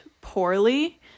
poorly